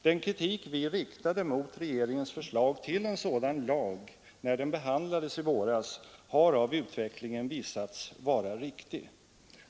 Den kritik vi riktade mot regeringens förslag till en sådan lag när det behandlades i våras har av utvecklingen visat sig vara riktig.